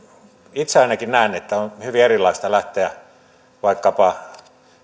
itse ainakin näen että on hyvin erilaista lähteä vaikkapa